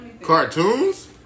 Cartoons